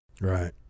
Right